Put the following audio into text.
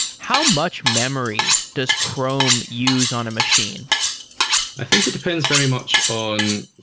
how much memory does chrome use on a machine i think it depends very much on,